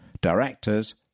Directors